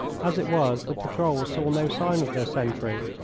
as it was, the patrol saw no sign of their sentry,